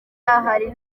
hari